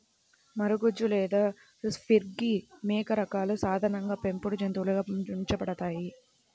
మరగుజ్జు లేదా పిగ్మీ మేక రకాలు సాధారణంగా పెంపుడు జంతువులుగా ఉంచబడతాయి